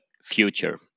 future